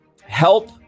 help